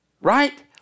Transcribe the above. right